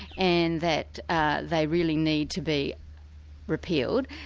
and that ah they really need to be repealed,